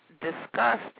discussed